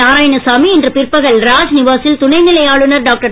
நாராயணசாமி இன்று பிற்பகல் ராஜ்நிவா சில் துணைநிலை ஆளுனர் டாக்டர்